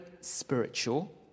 spiritual